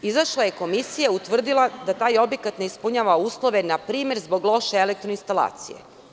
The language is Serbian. Izašla je komisija i utvrdila da taj objekat ne ispunjava uslove npr. zbog loše elektro instalacije.